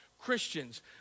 Christians